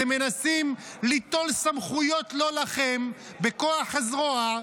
אתם מנסים ליטול סמכויות לא לכם בכוח הזרוע.